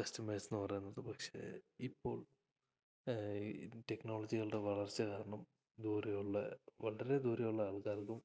കസ്റ്റമേഴ്സെന്നു പറയുന്നത് പക്ഷേ ഇപ്പോൾ ഈ ടെക്നോളജികളുടെ വളർച്ച കാരണം ദൂരെയുള്ള വളരെ ദൂരെയുള്ള ആൾക്കാർക്കും